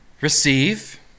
receive